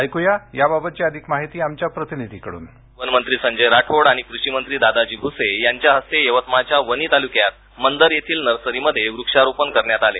ऐक्रया या बाबतची अधिक माहिती आमच्या प्रतिनिधीकड्रन वनमंत्री संजय राठोड आणि कृषीमंत्री दादाजी भुसे यांच्या हस्ते यवतमाळच्या वणी तालुक्यात मंदर येथील नर्सरीमध्ये व्क्षारोपण करण्यात आले